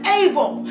able